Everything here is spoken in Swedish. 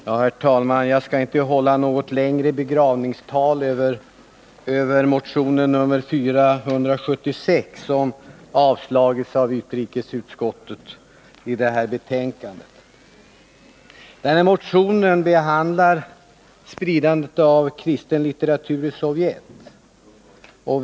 Herr talman! Jag skall inte hålla något längre begravningstal över motion nr 476, som avstyrkts av utrikesutskottet i det föreliggande betänkandet. Motionen behandlar spridandet av kristen litteratur i Sovjetunionen.